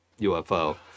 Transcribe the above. UFO